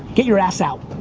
get your ass out.